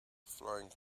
flying